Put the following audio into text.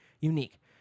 unique